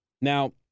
Now